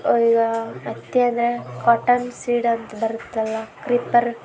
ಹತ್ತಿ ಅಂದರೆ cotton seed ಅಂತ ಬರುತ್ತಲ್ಲ ಕ್ರಿಪ್ಪರ್